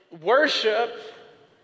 worship